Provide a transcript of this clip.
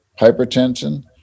hypertension